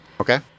Okay